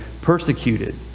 persecuted